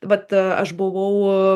vat aš buvau